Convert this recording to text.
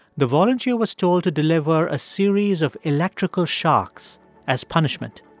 the volunteer was told to deliver a series of electrical shocks as punishment.